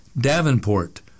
davenport